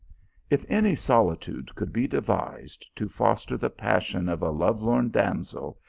if any solitude could be devised to foster the passion of a lovelorn damsel,